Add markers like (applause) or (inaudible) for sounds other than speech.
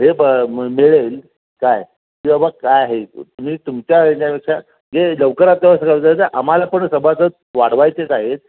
हे ब म मिळेल काय की बाबा काय आहे तुम्ही तुमच्या ह्याच्यापेक्षा जे लवकरात (unintelligible) आम्हाला पण सभासद वाढवायचेच आहेत